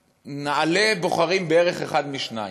האחד, בנעל"ה בוחרים בערך אחד משניים.